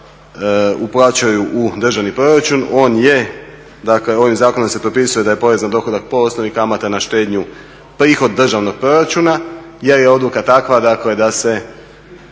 uplaćuju u državni proračun. On je, dakle ovim zakonom se propisuje da je porez na dohodak po osnovi kamata na štednju prihod državnog proračuna jer je odluka takva dakle da se